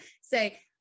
say